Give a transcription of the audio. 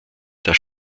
das